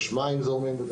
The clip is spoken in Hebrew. יש מים וחשמל.